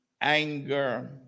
anger